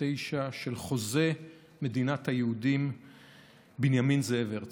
של חוזה מדינת היהודים בנימין זאב הרצל.